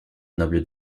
noble